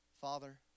Father